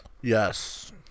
Yes